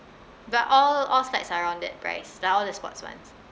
but all all slides are around that price like all the sports ones